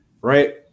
Right